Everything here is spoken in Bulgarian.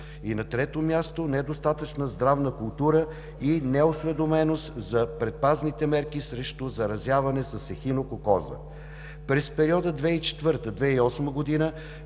И на трето място, недостатъчна здравна култура и неосведоменост за предпазните мерки срещу заразяване с ехинококоза. През периода 2004 – 2008 г.